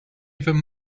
even